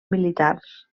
militars